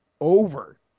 Over